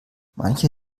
manche